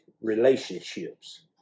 relationships